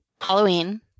Halloween